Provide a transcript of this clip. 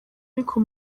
ariko